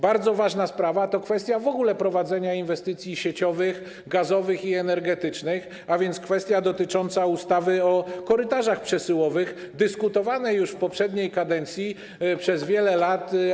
Bardzo ważna sprawa to kwestia prowadzenia w ogóle inwestycji sieciowych gazowych i energetycznych, a więc kwestia dotycząca ustawy o korytarzach przesyłowych, dyskutowana już w poprzedniej kadencji, przez wiele lat.